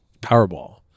Powerball